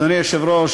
אדוני היושב-ראש,